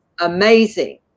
amazing